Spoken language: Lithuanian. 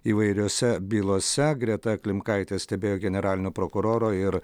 įvairiose bylose greta klimkaitė stebėjo generalinio prokuroro ir